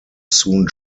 soon